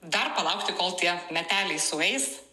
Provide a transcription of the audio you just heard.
dar palaukti kol tie meteliai sueis